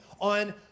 on